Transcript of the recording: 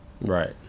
Right